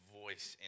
voice